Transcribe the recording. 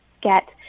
get